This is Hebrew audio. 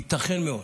ייתכן מאוד.